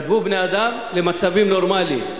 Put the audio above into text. כתבו בני-אדם למצבים נורמליים.